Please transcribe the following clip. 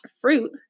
fruit